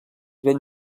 ben